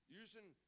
using